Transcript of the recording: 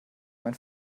mein